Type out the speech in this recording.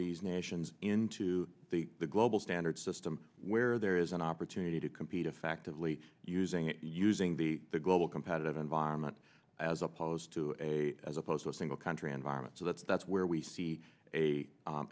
these nations into the global standard system where there is an opportunity to compete effectively using it using the global competitive environment as opposed to as opposed to a single country environment so that's that's where we see a